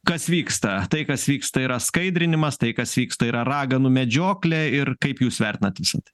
kas vyksta tai kas vyksta yra skaidrinimas tai kas vyksta yra raganų medžioklė ir kaip jūs vertinat visa tai